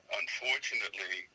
unfortunately